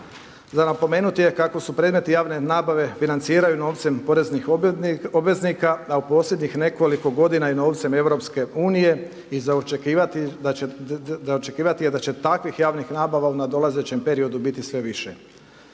Za napomenuti je kako se predmeti javne nabave financiraju novcem poreznih obveznika, a u posljednjih nekoliko godina i novcem Europske unije. I za očekivati je da će takvih javnih nabava u nadolazećem periodu biti sve više.